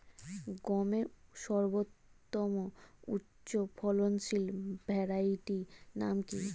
গমের সর্বোত্তম উচ্চফলনশীল ভ্যারাইটি নাম কি?